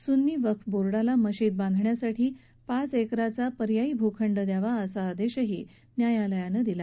सुन्नी वक्फ बोर्डाला मशिद बांधण्यासाठी पाच एकराचा पर्यायी भूखंड द्यावा असा आदेशही न्यायालयानं दिला